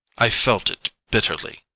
i felt it bitterly.